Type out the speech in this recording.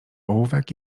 ołówek